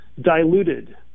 diluted